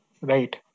right